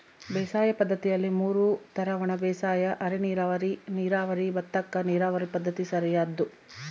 ಬೇಸಾಯ ಪದ್ದತಿಯಲ್ಲಿ ಮೂರು ತರ ಒಣಬೇಸಾಯ ಅರೆನೀರಾವರಿ ನೀರಾವರಿ ಭತ್ತಕ್ಕ ನೀರಾವರಿ ಪದ್ಧತಿ ಸರಿಯಾದ್ದು